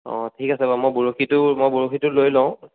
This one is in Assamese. অঁ ঠিক আছে বাৰু মই বৰশীটো মই বৰশীটো লৈ লওঁ